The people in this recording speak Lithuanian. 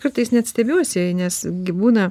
kartais net stebiuosi nes gi būna